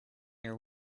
your